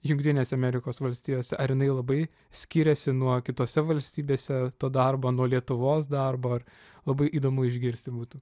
jungtinėse amerikos valstijose ar jinai labai skiriasi nuo kitose valstybėse to darbo nuo lietuvos darbo ar labai įdomu išgirsti būtų